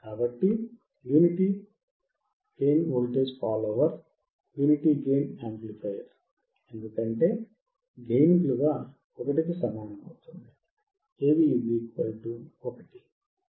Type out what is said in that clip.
కాబట్టి unity gain voltage follower unity gain amplifier ఎందుకంటే gain 1 AV 1